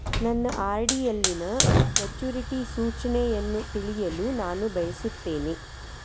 ನನ್ನ ಆರ್.ಡಿ ಯಲ್ಲಿನ ಮೆಚುರಿಟಿ ಸೂಚನೆಯನ್ನು ತಿಳಿಯಲು ನಾನು ಬಯಸುತ್ತೇನೆ